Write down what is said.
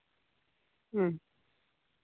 ᱦᱮᱸ